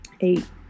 eight